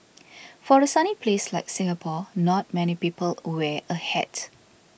for a sunny place like Singapore not many people wear a hat